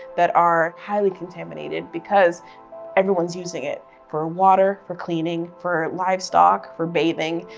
that are highly contaminated because everyone's using it for water, for cleaning, for livestock, for bathing,